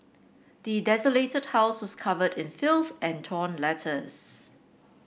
the desolated house was covered in filth and torn letters